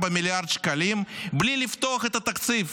מיליארד שקלים בלי לפתוח את התקציב.